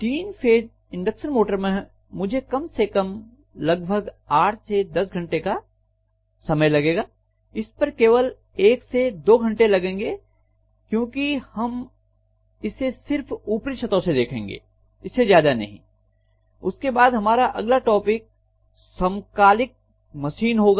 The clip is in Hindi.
तीन फेज इंडक्शन मोटर में मुझे कम से कम लगभग 8 से 10 घंटे का समय लगेगा इस पर केवल 1 से 2 घंटे लगेंगे क्योंकि हम इसे सिर्फ ऊपरी सतह से देखेंगे इससे ज्यादा नहीं उसके बाद हमारा अगला टॉपिक समकालिक मशीन होगा